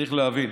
צריך להבין,